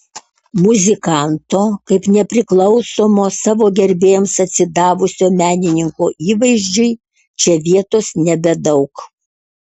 muzikanto kaip nepriklausomo savo gerbėjams atsidavusio menininko įvaizdžiui čia vietos nebedaug